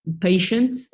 patient